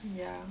ya